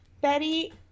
Betty